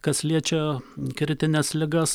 kas liečia kritines ligas